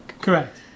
Correct